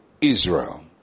Israel